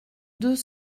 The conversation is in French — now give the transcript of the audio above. deux